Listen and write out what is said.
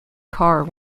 car